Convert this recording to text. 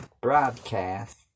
broadcast